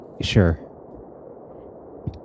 Sure